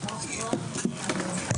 הישיבה ננעלה בשעה